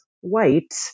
White